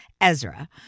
Ezra